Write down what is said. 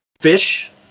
fish